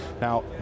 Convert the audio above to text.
Now